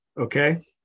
okay